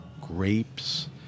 grapes